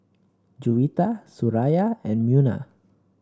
Juwita Suraya and Munah